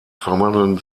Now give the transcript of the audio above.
verwandeln